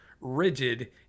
rigid